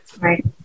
Right